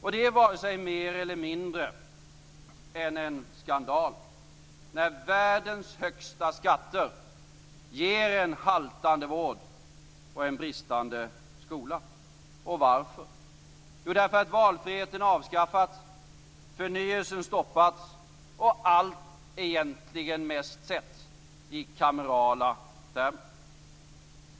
Och det är vare sig mer eller mindre än en skandal när världens högsta skatter ger en haltande vård och en bristande skola. Varför? Jo, därför att valfriheten avskaffats, förnyelsen stoppats och allt egentligen mest setts i kamerala termer.